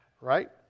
right